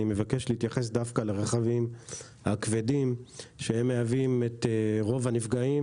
אני מבקש להתייחס דווקא לרכבים הכבדים שמהווים את רוב הנפגעים,